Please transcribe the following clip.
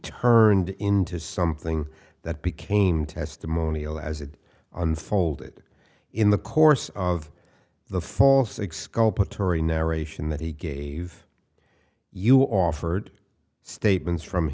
turned into something that became testimonial as it unfolded in the course of the false exculpatory narration that he gave you offered statements from